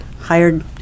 hired